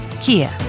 Kia